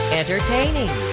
entertaining